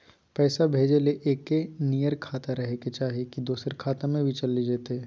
पैसा भेजे ले एके नियर खाता रहे के चाही की दोसर खाता में भी चलेगा जयते?